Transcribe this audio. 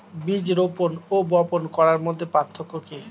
বীজ রোপন ও বপন করার মধ্যে পার্থক্য কি?